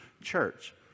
church